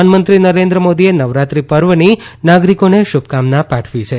પ્રધાનમંત્રી નરેન્દ્ર મોદીએ નવરાત્રી પર્વની નાગરીકોને શુભકામનાં પાઠવી છે